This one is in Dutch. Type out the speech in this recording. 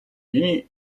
juni